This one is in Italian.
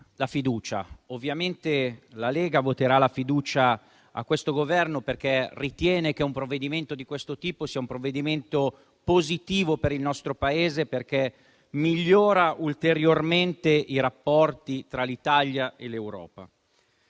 Presidente, ovviamente la Lega voterà la fiducia a questo Governo, perché ritiene che un provvedimento di questo tipo sia positivo per il nostro Paese, perché migliora ulteriormente i rapporti tra l'Italia e l'Europa.